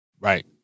right